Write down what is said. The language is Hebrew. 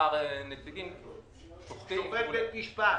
שכר נציגים --- שופטי בית משפט?